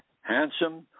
handsome